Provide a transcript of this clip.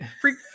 freak